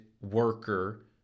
worker